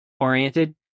oriented